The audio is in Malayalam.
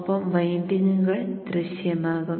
ഒപ്പം വൈൻഡിംഗുകൾ ദൃശ്യമാകും